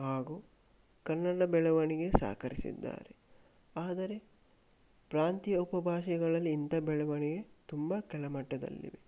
ಹಾಗೂ ಕನ್ನಡ ಬೆಳವಣಿಗೆ ಸಹಕರಿಸಿದ್ದಾರೆ ಆದರೆ ಪ್ರಾಂತ್ಯ ಉಪಭಾಷೆಗಳಲ್ಲಿ ಇಂಥ ಬೆಳವಣಿಗೆ ತುಂಬ ಕೆಳಮಟ್ಟದಲ್ಲಿವೆ